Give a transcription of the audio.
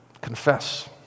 confess